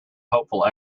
hopeful